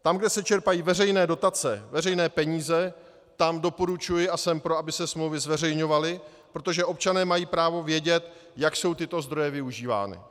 Tam, kde se čerpají veřejné dotace, veřejné peníze, tam doporučuji a jsem pro, aby se smlouvy zveřejňovaly, protože občané mají právo vědět, jak jsou tyto zdroje využívány.